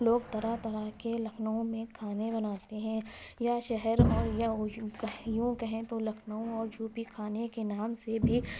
لوگ طرح طرح کے لکھنؤ میں کھانے بناتے ہیں یا شہر یا یوں کہیں تو لکھنؤ اور یو پی کھانے کے نام سے بھی